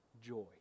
joy